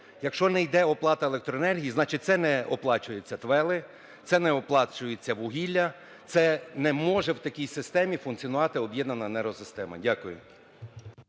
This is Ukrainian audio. Якщо не йде оплата електроенергії, значить, це не оплачуються твели, це не оплачується вугілля, це не може в такій системі функціонувати об'єднана енергосистема. Дякую.